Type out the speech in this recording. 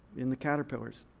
in the caterpillars.